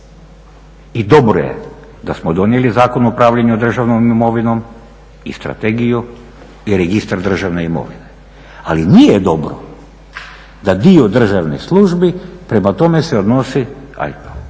I dobro je da smo donijeli Zakon o upravljanju državnom imovinom i strategiju i Registar državne imovine, ali nije dobro da dio državnih službi prema tome se odnosi aljkavo.